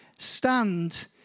Stand